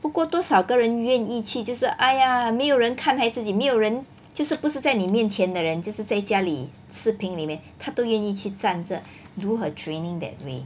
不过多少个人愿意去就是 !aiya! 没有人看还自己没有人就是不是在你面前的人就是在家里视频里面他都愿意去站着 do her training that way